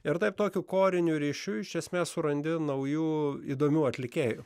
ir taip tokiu koriniu ryšiu iš esmė surandi naujų įdomių atlikėjų